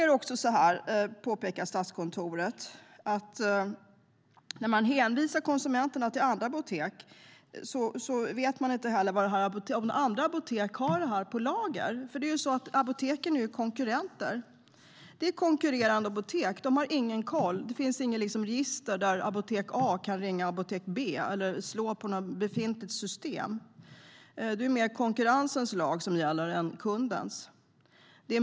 Statskontoret påpekar även att när ett apotek hänvisar kunder till andra apotek vet de inte om de andra apoteken har medicinen på lager. Apoteken är ju konkurrenter. De har ingen koll, och det finns inget register där apotek A kan ringa till apotek B eller slå i något befintligt system. Det är mer konkurrensens lag som gäller än kundens.